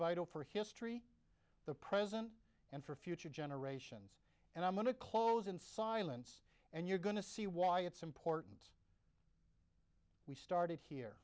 vital for history the present and for future generations and i'm going to close in silence and you're going to see why it's important we started here